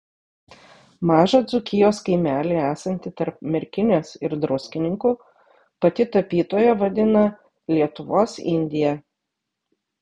mažą dzūkijos kaimelį esantį tarp merkinės ir druskininkų pati tapytoja vadina lietuvos indija